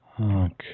Okay